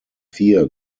fear